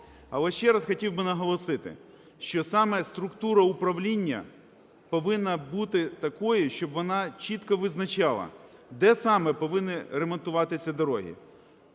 Але ще раз хотів би наголосити, що саме структура управління повинна бути такою, щоб вона чітко визначала, де саме повинні ремонтуватися дороги,